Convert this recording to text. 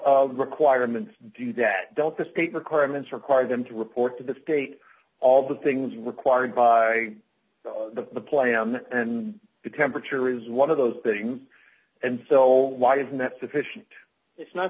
requirements do that don't the state requirements require them to report to the state all the things required by the plane and the temperature is one of those things and so why isn't that sufficient it's not